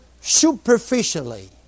Superficially